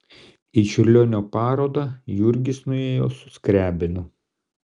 į čiurlionio parodą jurgis nuėjo su skriabinu